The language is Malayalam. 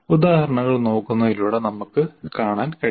ഉദാഹരണങ്ങൾ നോക്കുന്നതിലൂടെ നമുക്ക് കാണാൻ കഴിയും